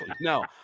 No